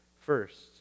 first